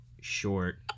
short